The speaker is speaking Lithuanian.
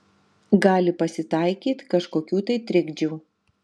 gali pasitaikyt kažkokių tai trikdžių